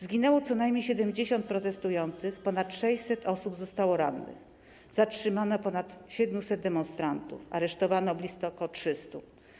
Zginęło co najmniej 70 protestujących, ponad 600 osób zostało rannych, zatrzymano ponad 700 demonstrantów, aresztowano blisko 300.